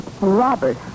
Robert